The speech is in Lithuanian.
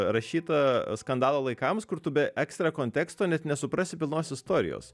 rašyta skandalo laikams kur tu be ekstra konteksto net nesuprasi pilnos istorijos